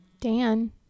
Dan